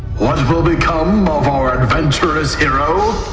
will become of our adventurous hero!